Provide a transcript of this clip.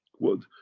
what.